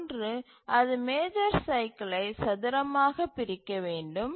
ஒன்று அது மேஜர் சைக்கிலை சதுரமாகப் பிரிக்க வேண்டும்